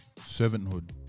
Servanthood